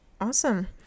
awesome